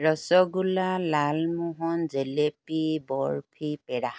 rasgulla lalmohan jalebi barfi পেৰা